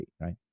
right